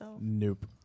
Nope